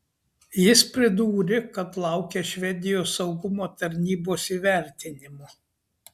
jis pridūrė kad laukia švedijos saugumo tarnybos įvertinimo